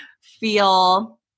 feel